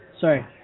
sorry